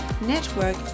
network